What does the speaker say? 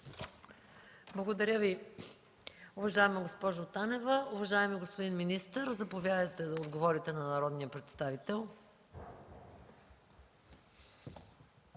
Благодаря Ви, уважаема госпожо Танева. Уважаеми господин министър, заповядайте да отговорите на народния представител.